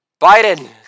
Biden